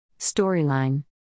Storyline